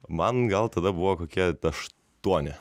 man gal tada buvo kokia aštuoni